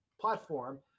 platform